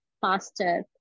faster